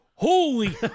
Holy